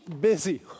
Busy